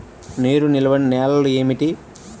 నీరు నిలువని నేలలు ఏమిటి?